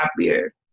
happier